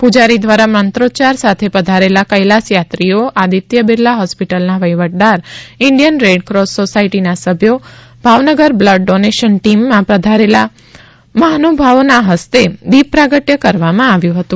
પુજારી દ્વારા મંત્રોચ્યાર સાથે પધારેલા કૈલાસ યાત્રીઓ આદિત્ય બિરલા ફોસ્પીટલના વફીવટદાર ઇન્ડિયન રેડ કોસ સોસાથટીના સભ્યો ભાવનગર બ્લડ ડોનેશન ટીમ માં પધારેલા મહાનુભાવોના ફસ્તે દીપ પ્રાગટ્ય કરવામાં આવ્યું હતું